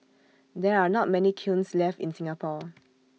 there are not many kilns left in Singapore